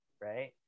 right